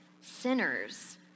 Sinners